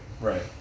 right